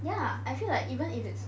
ya I feel like even if it's